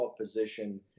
position